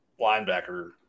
linebacker